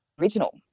original